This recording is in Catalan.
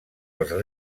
als